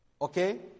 okay